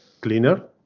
cleaner